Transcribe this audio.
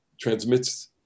transmits